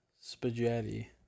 spaghetti